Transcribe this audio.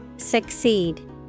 Succeed